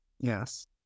yes